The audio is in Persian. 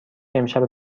امشب